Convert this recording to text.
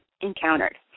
encountered